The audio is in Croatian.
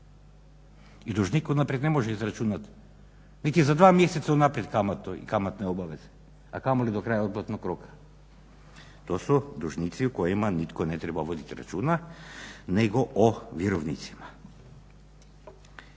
I dužnik unaprijed ne može izračunati niti za dva mjeseca unaprijed kamatne obveze a kamoli do kraja otplatnog roka. To su dužnici o kojima nitko ne treba voditi računa nego o vjerovnicima.